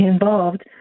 involved